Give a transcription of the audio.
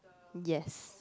yes